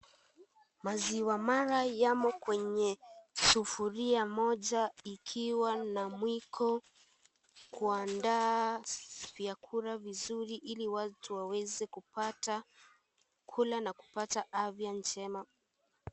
Maziwa mala yamo kwenye sufuria moja ikiwa na mwiko, kuandaa vyakula vizuri ili watu waweze kula na kupata afya njema.